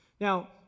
Now